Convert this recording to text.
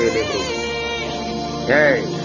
Hey